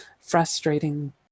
frustrating